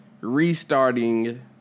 restarting